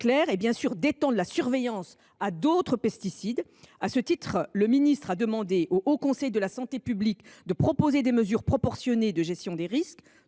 est bien sûr d’étendre la surveillance à d’autres pesticides. À ce titre, le Gouvernement a demandé au Haut Conseil de la santé publique de proposer des mesures proportionnées de gestion des risques